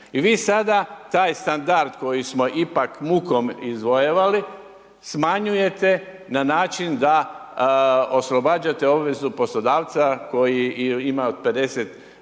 I vi sada taj standard koji smo ipak mukom izvojevali smanjujete na način da oslobađate obvezu poslodavca koji ima 50 radnika